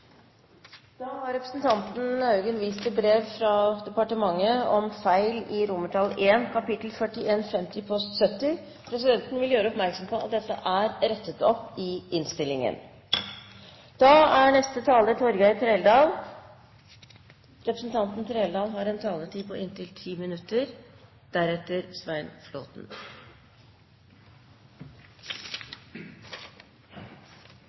Da har representanten Haugen vist til brev fra departementet om feil i I kap. 4150 post 70. Presidenten vil gjøre oppmerksom på at dette er rettet opp i innstillingen. Fremskrittspartiet regner selvstendig næringsdrivende bønder som en